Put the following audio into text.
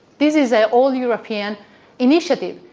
this is an all-european initiative.